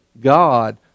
God